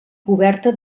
coberta